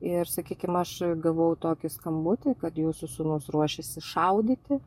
ir sakykim aš gavau tokį skambutį kad jūsų sūnus ruošiasi šaudyti